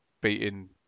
beating